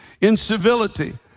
incivility